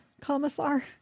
commissar